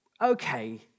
okay